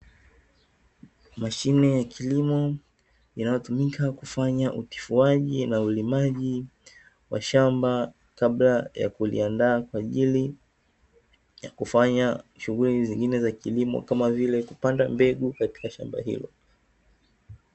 Mashine ya kilimo inayotumika kufanya utifuaji na ulimaji wa shamba kabla ya kuliandaa kwa ajili ya kufanya shughuli zingine za kilimo kama vile kupanda mbegu katika shamba hilo.